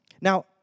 now